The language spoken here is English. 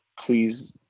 please